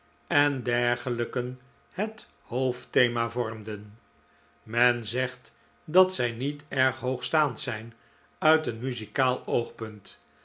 en dergelijken het hoofdthema vormden men zegt dat zij niet erg hoogstaand zijn uit een muzikaal oogpunt